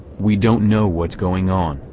we don't know what's going on,